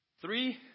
Three